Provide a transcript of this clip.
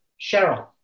Cheryl